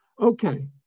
Okay